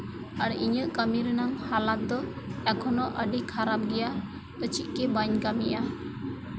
ᱟᱨ ᱤᱧᱟᱹᱜ ᱠᱟᱹᱢᱤ ᱨᱮᱭᱟᱜ ᱦᱚᱸ ᱦᱟᱞᱚᱛ ᱫᱚ ᱮᱠᱷᱚᱱᱚ ᱟᱹᱰᱤ ᱠᱷᱟᱨᱟᱯ ᱜᱮᱭᱟ ᱪᱮᱫᱜᱮ ᱵᱟᱹᱧ ᱠᱟᱹᱢᱤᱭᱟ